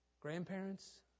Grandparents